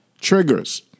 Triggers